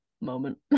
moment